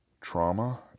trauma